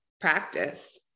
practice